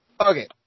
Okay